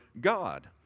God